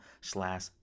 slash